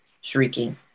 shrieking